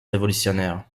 révolutionnaires